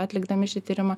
atlikdami šį tyrimą